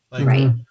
Right